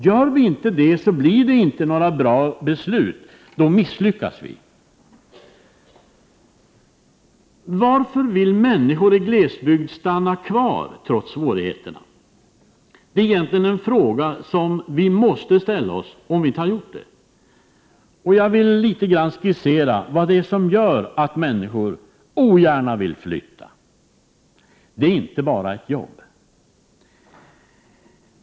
Gör vi inte det blir det inte några bra beslut — då misslyckas vi. Varför vill människor i glesbygd stanna kvar trots svårigheterna? Det är egentligen en fråga som vi måste ställa oss, om vi inte har gjort det. Jag vill något skissera vad det är som gör att människor ogärna vill flytta. Det är inte bara jobbet.